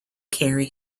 carry